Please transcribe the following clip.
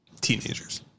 Teenagers